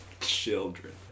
children